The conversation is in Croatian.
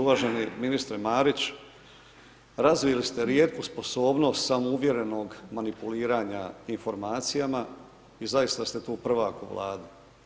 Uvaženi ministre Marić, razvili ste rijetku sposobnost samouvjerenog manipuliranja informacijama i zaista ste tu prvak u Vladi.